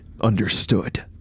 understood